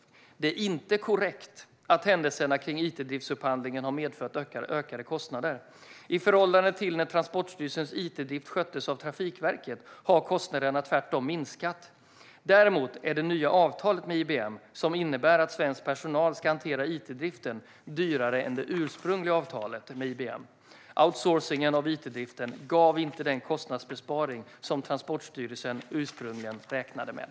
Det är inte korrekt att händelserna kring it-driftsupphandlingen har medfört ökade kostnader. I förhållande till när Transportstyrelsens it-drift sköttes av Trafikverket har kostnaderna tvärtom minskat. Däremot är det nya avtalet med IBM, som innebär att svensk personal ska hantera it-driften, dyrare än det ursprungliga avtalet med IBM. Outsourcingen av it-driften gav inte den kostnadsbesparing som Transportstyrelsen ursprungligen räknade med.